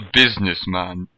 businessman